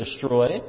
destroyed